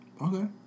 Okay